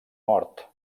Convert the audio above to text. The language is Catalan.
mort